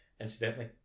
Incidentally